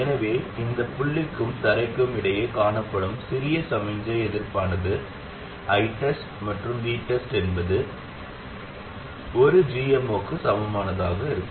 எனவே இந்த புள்ளிக்கும் தரைக்கும் இடையே காணப்படும் சிறிய சமிக்ஞை எதிர்ப்பானது ITEST மற்றும் VTEST என்பது 1 gm0 க்கு சமமானதாகும்